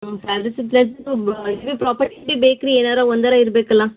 ಹ್ಞೂ salary slip property ಇದು ಬೇಕು ರೀ ಏನಾರು ಒಂದಾರು ಇರಬೇಕಲ್ಲ